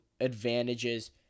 advantages